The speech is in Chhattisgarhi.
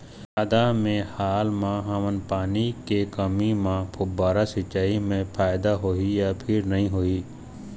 आदा मे हाल मा हमन पानी के कमी म फुब्बारा सिचाई मे फायदा होही या फिर नई होही?